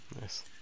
Nice